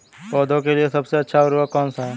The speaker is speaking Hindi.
पौधों के लिए सबसे अच्छा उर्वरक कौन सा है?